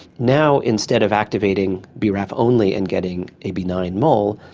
now instead of activating braf only and getting a benign mole,